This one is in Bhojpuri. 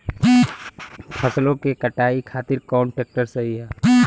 फसलों के कटाई खातिर कौन ट्रैक्टर सही ह?